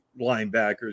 linebackers